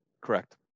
correct